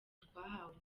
twahawe